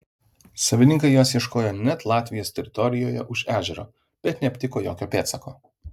savininkai jos ieškojo net latvijos teritorijoje už ežero bet neaptiko jokio pėdsako